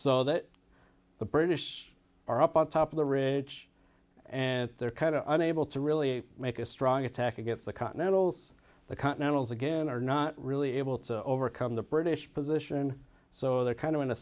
so that the british are up on top of the ridge and they're kind of unable to really make a strong attack against the continentals the continentals again are not really able to overcome the british position so they're kind of in